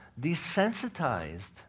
desensitized